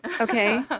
okay